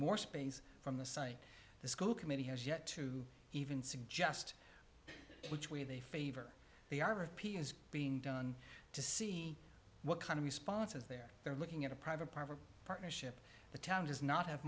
space from the site the school committee has yet to even suggest which way they favor the r p is being done to see what kind of responses they're they're looking at a private party partnership the town does not have